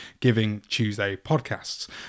GivingTuesdayPodcasts